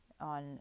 on